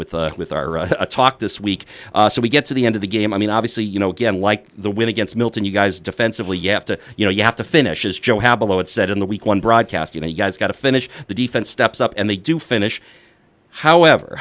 with with our talk this week so we get to the end of the game i mean obviously you know again like the win against milton you guys defensively you have to you know you have to finish is joe how below it said in the week one broadcast you know you guys got to finish the defense steps up and they do finish however